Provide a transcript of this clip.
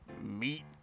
meat